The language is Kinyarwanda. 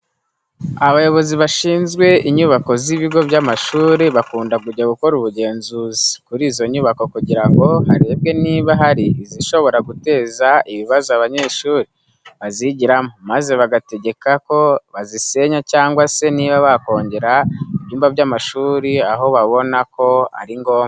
Abayobozi bashinzwe inyubako z'ibigo by'amashuri bakunda kujya gukora ubugenzuzi kuri izo nyubako kugira ngo harebwe niba hari izishobora kuteza ibibazo abanyeshuri bazigiramo maze bagategeka ko bazisenya cyangwa se niba bakongera ibyumba by'amashuri aho babona ko ari ngombwa.